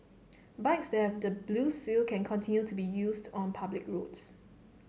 bikes that have the blue seal can continue to be used on public roads